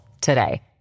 today